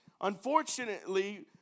unfortunately